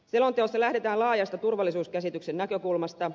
selonteossa lähdetään laajan turvallisuuskäsityksen näkökulmasta